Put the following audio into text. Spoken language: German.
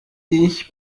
ich